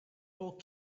old